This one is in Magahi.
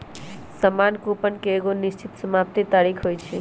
सामान्य कूपन के एगो निश्चित समाप्ति तारिख होइ छइ